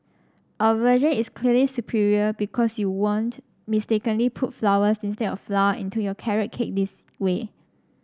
our version is clearly superior because you won't mistakenly put flowers instead of flour into your carrot cake this way